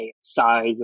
size